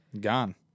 Gone